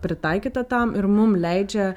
pritaikyta tam ir mum leidžia